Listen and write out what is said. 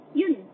yun